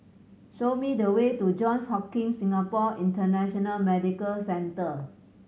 show me the way to Johns Hopkins Singapore International Medical Centre